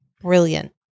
brilliant